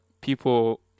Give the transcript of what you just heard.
people